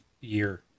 year